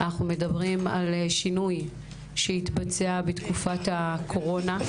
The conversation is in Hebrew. אנחנו מדברים על שינוי שהתבצע הקורונה.